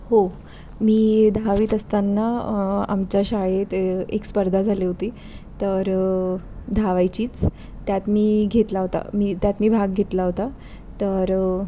हो मी दहावीत असताना आमच्या शाळेत एक स्पर्धा झाली होती तर धावायचीच त्यात मी घेतला होता मी त्यात मी भाग घेतला होता तर